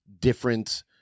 different –